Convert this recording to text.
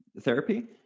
therapy